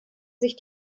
sich